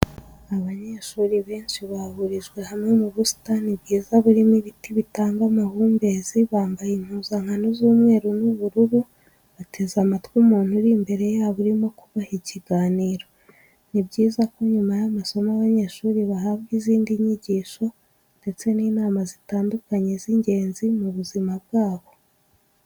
Abanyeshuri benshi bahurijwe hamwe mu busitani bwiza burimo ibiti bitanga amahumbezi bambaye impuzankano z'umweru n'ubururu bateze amatwi umuntu uri imbere yabo urimo kubaha ikiganiro. Ni byiza ko nyuma y'amasomo abanyeshuri bahabwa izindi nyigisho ndetse n'inama zitandukanye z'ingenzi mu buzima bwabo.